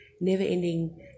never-ending